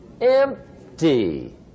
empty